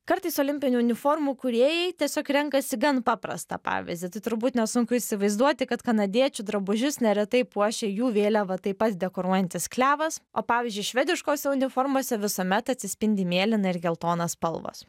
kartais olimpinių uniformų kūrėjai tiesiog renkasi gan paprastą pavyzdį tai turbūt nesunku įsivaizduoti kad kanadiečių drabužius neretai puošia jų vėliavą taip pat dekoruojantis klevas o pavyzdžiui švediškose uniformose visuomet atsispindi mėlyna ir geltona spalvos